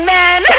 men